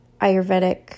Ayurvedic